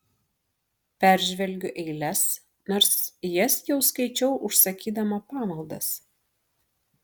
peržvelgiu eiles nors jas jau skaičiau užsakydama pamaldas